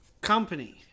company